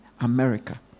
America